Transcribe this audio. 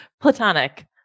Platonic